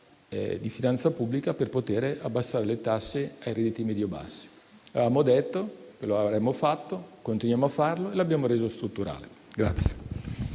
di finanza pubblica per poter abbassare le tasse ai redditi medio-bassi. Avevamo detto che lo avremmo fatto, continuiamo a farlo e lo abbiamo reso strutturale.